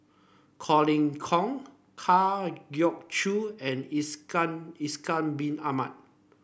Colin Kong Kwa Geok Choo and Ishak Ishak Bin Ahmad